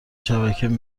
شبکهای